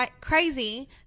crazy